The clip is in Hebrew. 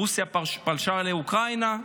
רוסיה פלשה לאוקראינה.